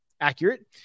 accurate